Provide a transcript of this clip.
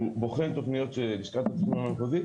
הוא בוחן תוכניות של לשכת התכנון המחוזית,